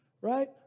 right